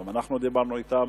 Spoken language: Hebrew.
וגם אנחנו דיברנו אתם.